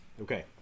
Okay